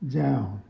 down